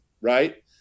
right